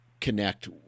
Connect